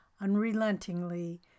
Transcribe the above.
unrelentingly